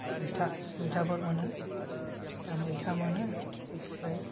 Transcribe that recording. मैथा मैथाफोर मोनो दा मैथा मोनो ओमफ्राय